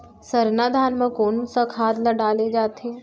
सरना धान म कोन सा खाद ला डाले जाथे?